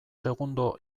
segundo